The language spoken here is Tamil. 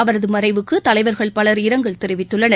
அவரது மறைவுக்கு தலைவர்கள் பலர் இரங்கல் தெரிவித்துள்ளனர்